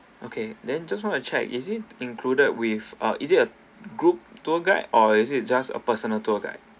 okay then just want to check is it included with ah is it a group tour guide or is it just a personal tour guide